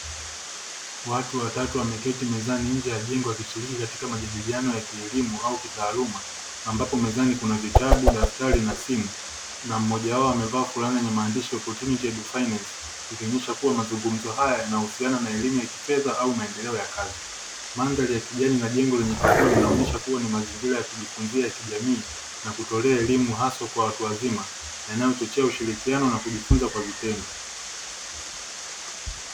Watu watatu wameketi mezani nje ya jengo, wakishiriki katika majadiliano ya kielimu au kitaaluma ambapo mezani kuna vitabu, daftari na simu na mmoja wao amevaa fulana yenye maandishi "Opportunity and Finance" ikionyesha kuwa mazungumzo haya yanahusiana na elimu ya kifedha na maendeleo ya kazi, mandhari ya kijani na jengo lenye kivuli yanaonyesha kuwa ni mazingira ya kujifunzia ya kijamii na kutolea elimu hasa kwa watu wazima na yanayochochea ushirikiano na kujifunza kwa vitendo.